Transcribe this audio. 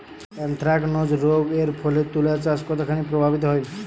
Anthracnose রোগ এর ফলে তুলাচাষ কতখানি প্রভাবিত হয়?